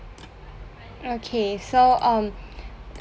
okay so um